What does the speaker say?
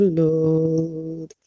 lord